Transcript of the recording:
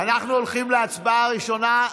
אנחנו הולכים להצבעה הראשונה,